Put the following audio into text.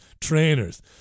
trainers